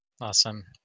awesome